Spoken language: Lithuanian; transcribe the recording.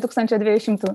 tūkstančio dviejų šimtų